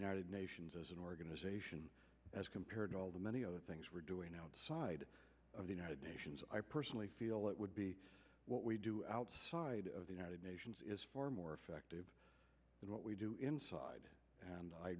united nations as an organization as compared to all the many other things we're doing outside of the united nations i personally feel it would be what we do outside of the united nations is far more effective than what we do inside and i